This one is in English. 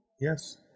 Yes